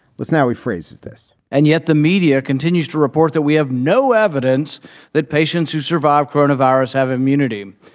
let's now he phrase's this and yet the media continues to report that we have no evidence that patients who survive coronavirus have immunity.